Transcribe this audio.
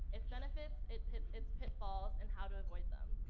its benefits, its its pitfalls, and how to avoid them.